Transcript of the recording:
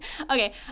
Okay